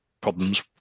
problems